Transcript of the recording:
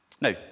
Now